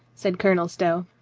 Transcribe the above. said colonel stow.